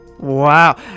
wow